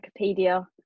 Wikipedia